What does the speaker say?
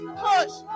push